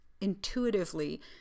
intuitively